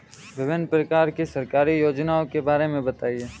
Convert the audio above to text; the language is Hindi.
विभिन्न प्रकार की सरकारी योजनाओं के बारे में बताइए?